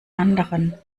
anderen